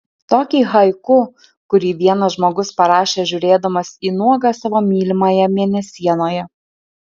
tokį haiku kurį vienas žmogus parašė žiūrėdamas į nuogą savo mylimąją mėnesienoje